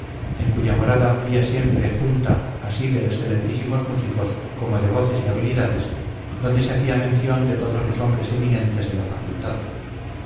en cuya morada había siempre junta así de excelentísimos músicos como de voces y habilidades donde se hacía mención de todos los hombres eminentes de la facultad